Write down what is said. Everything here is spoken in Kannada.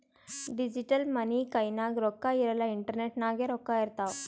ಡಿಜಿಟಲ್ ಮನಿ ಕೈನಾಗ್ ರೊಕ್ಕಾ ಇರಲ್ಲ ಇಂಟರ್ನೆಟ್ ನಾಗೆ ರೊಕ್ಕಾ ಇರ್ತಾವ್